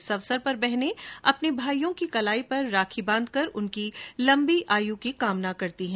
इस अवसर पर बहने अपने भाइयों की कलाई पर राखी बांधकर उनकी लम्बी आयु की कामना करती हैं